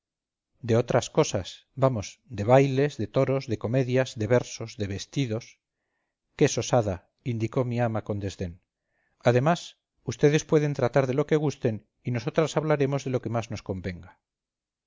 de otras cosas vamos de bailes de toros de comedias de versos de vestidos qué sosada indicó mi ama con desdén además vds pueden tratar de lo que gusten y nosotras hablaremos de lo que más nos convenga